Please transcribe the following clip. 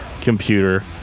computer